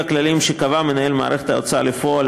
הכללים שקבע מנהל מערכת ההוצאה לפועל,